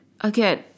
Again